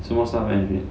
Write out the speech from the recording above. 什么 staff benefit